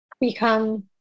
become